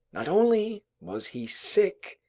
not only was he sick,